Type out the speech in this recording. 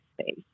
space